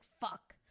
fuck